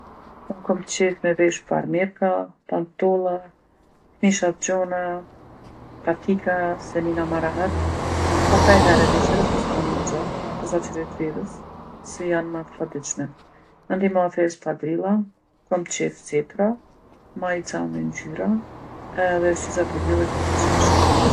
Unë kom qejf me veshë farmerka, pantolla, kmisha t'gjona, patika se nina ma rahat, po kajhere veshi edhe fustana t'gjatë, posaçërisht verës, se jon ma t'flladitshme. Mandej mathi espadrilla, kom qejf setra, maica me ngjyra edhe syzat e diellit m'pëlqejnë shumë.